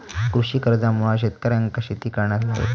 कृषी कर्जामुळा शेतकऱ्यांका शेती करण्यास मदत